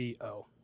CO